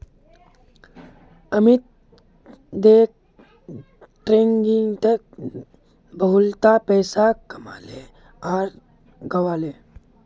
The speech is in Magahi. अमित डे ट्रेडिंगत बहुतला पैसा कमाले आर गंवाले